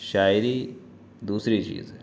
شاعری دوسری چیز ہے